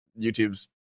YouTube's